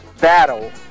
battle